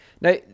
Now